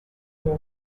box